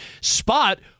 Spot